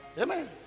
Amen